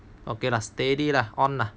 okay lah steady lah on lah